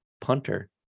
punter